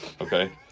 okay